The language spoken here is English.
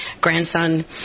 grandson